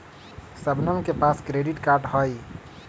शबनम के पास credit card हई